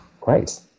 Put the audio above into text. Great